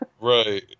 Right